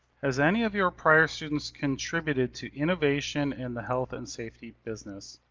has any of your prior students contributed to innovation in the health and safety business?